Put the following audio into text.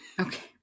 okay